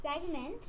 segment